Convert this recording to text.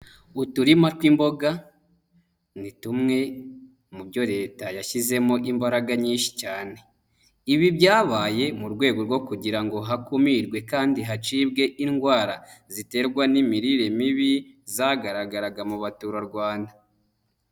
Uturima tw'imboga ni tumwe mu byo leta yashyizemo imbaraga nyinshi cyane. Ibi byabaye mu rwego rwo kugira ngo hakumirwe kandi hacibwe indwara ziterwa n'imirire mibi, zagaragaraga mu baturarwanda.